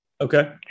Okay